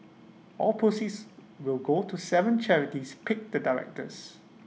all proceeds will go to Seven charities picked the directors